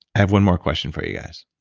have one more question for you guys